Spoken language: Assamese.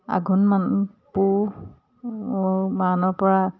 আঘোণ মান পুহ মানৰ পৰা